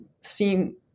seen